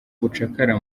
ubucakara